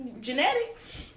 Genetics